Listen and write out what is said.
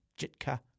Jitka